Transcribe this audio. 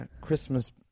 Christmas